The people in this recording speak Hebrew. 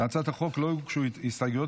להצעת החוק לא הוגשו הסתייגויות,